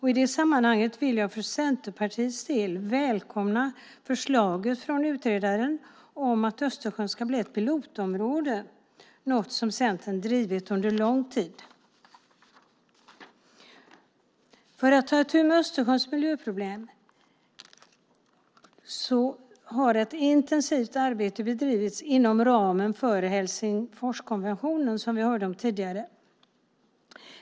I det sammanhanget vill jag för Centerpartiets del välkomna förslaget från utredaren om att Östersjön ska bli ett pilotområde, något som Centern drivit under lång tid. För att ta itu med Östersjöns miljöproblem har ett intensivt arbete bedrivits inom ramen för Helsingforskonventionen som vi hörde om tidigare.